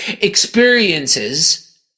experiences